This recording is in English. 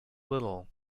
little